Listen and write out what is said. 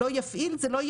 אלא אם